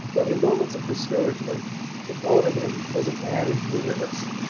but in moments of discouragement the thought of him was an added bitterness,